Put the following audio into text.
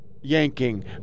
yanking